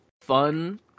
fun